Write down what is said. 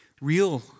Real